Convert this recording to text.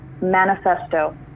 Manifesto